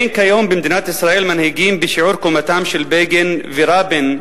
אין כיום במדינת ישראל מנהיגים בשיעור קומתם של בגין ורבין,